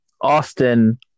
austin